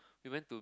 we went to